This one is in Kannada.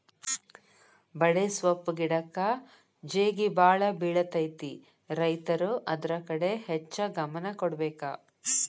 ಬಡೆಸ್ವಪ್ಪ್ ಗಿಡಕ್ಕ ಜೇಗಿಬಾಳ ಬಿಳತೈತಿ ರೈತರು ಅದ್ರ ಕಡೆ ಹೆಚ್ಚ ಗಮನ ಕೊಡಬೇಕ